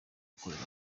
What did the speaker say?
gukorera